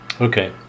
Okay